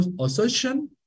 assertion